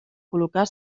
col·locar